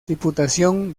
diputación